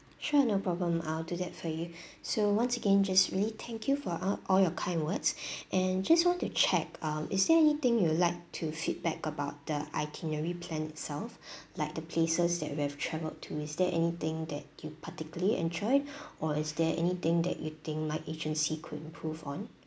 sure no problem I'll do that for you so once again just really thank you for a~ all your kind words and just want to check um is there anything you would like to feedback about the itinerary plan itself like the places that we've travelled to is there anything that you particularly enjoyed or is there anything that you think my agency could improve on